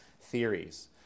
theories